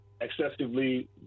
excessively